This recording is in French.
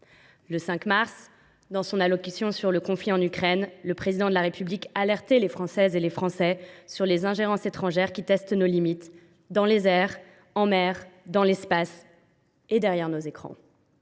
surlendemain, dans son allocution relative au conflit en Ukraine, le Président de la République alertait quant à lui les Françaises et les Français face aux ingérences étrangères qui testent nos limites « dans les airs, en mer, dans l’espace et derrière nos écrans